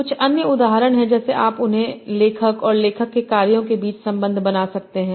कुछ अन्य उदाहरण हैं जैसे आप उन्हें लेखक और लेखक के कार्यों के बीच संबंध बना सकते हैं